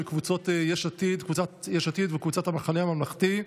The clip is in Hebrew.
קבוצת יש עתיד וקבוצת המחנה הממלכתי.